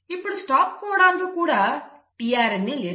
ఇప్పుడు stop codon కు tRNA లేదు